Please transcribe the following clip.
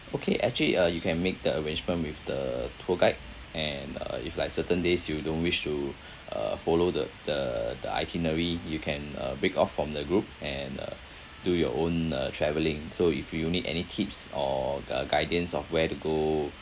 okay actually uh you can make the arrangement with the tour guide and uh if like certain days you don't wish to uh follow the the the itinerary you can uh break off from the group and uh do your own uh travelling so if you would need any tips or g~ guidance of where to go